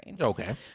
Okay